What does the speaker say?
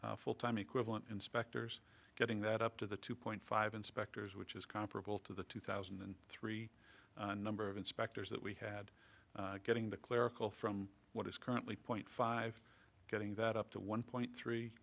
seven full time equivalent inspectors getting that up to the two point five inspectors which is comparable to the two thousand and three number of inspectors that we had getting the clerical from what is currently point five getting that up to one point three